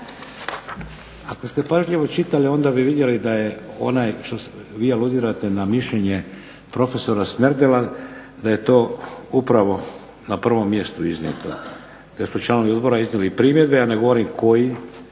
Ako ste pažljivo čitali onda bi vidjeli da je onaj, vi aludirate na mišljenje prof. Smerdela, da je to upravo na prvom mjestu iznijeto. Da su članovi odbora iznijeli primjedbe, ja ne govorim koji,